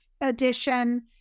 edition